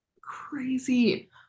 Crazy